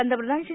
पंतप्रधान श्री